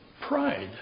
Pride